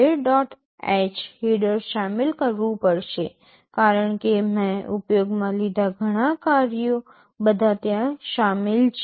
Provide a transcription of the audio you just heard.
h header શામેલ કરવું પડશે કારણ કે મેં ઉપયોગમાં લીધેલા ઘણા કાર્યો બધા ત્યાં શામેલ છે